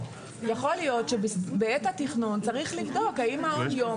יכול להיות שבעת התכנון צריך לבדוק אם מעון יום